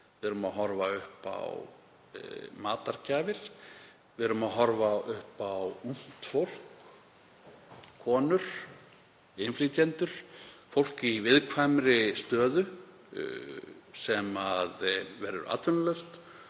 Við erum að horfa upp á matargjafir. Við erum að horfa upp á ungt fólk, konur, innflytjendur, fólk í viðkvæmri stöðu sem verður atvinnulaust